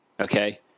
okay